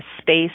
space